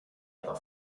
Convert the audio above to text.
other